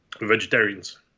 Vegetarians